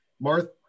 Martha